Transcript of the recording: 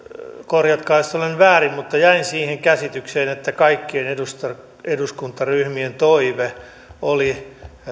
korjatkaa jos olen väärässä mutta jäin siihen käsitykseen että kaikkien eduskuntaryhmien toive oli